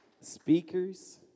Speakers